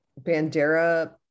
Bandera